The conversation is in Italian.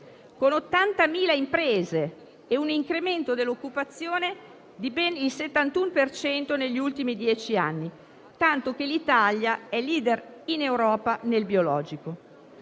con 80.000 imprese e un incremento dell'occupazione pari a ben il 71 per cento negli ultimi dieci anni, tanto che l'Italia è *leader* in Europa nel biologico.